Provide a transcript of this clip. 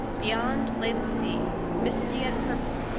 beyond lay the sea, misty and purple,